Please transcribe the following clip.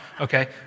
okay